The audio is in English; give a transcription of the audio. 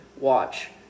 watch